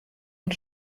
und